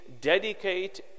dedicate